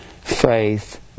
Faith